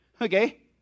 okay